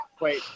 Wait